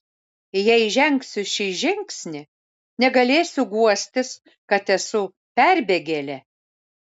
jei žengsiu šį žingsnį negalėsiu guostis kad esu perbėgėlė